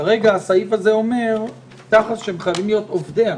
כרגע הסעיף הזה אומר שהם חייבים להיות עובדיה.